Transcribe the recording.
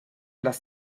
las